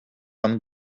and